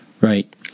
right